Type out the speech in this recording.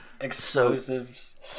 explosives